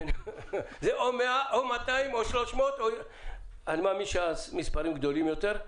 זה או 100 או 200 או 300. אני מאמין שהמספרים גדולים יותר.